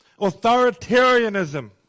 authoritarianism